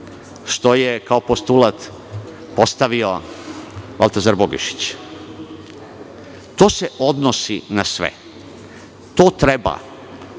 što je kao postulat postavio Baltazar Bogišić. To se odnosi na sve. To treba